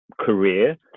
career